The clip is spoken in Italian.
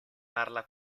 parla